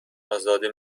ازاده